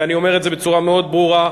ואני אומר את זה בצורה מאוד ברורה,